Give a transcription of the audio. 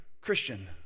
Christian